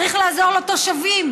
צריך לעזור לתושבים.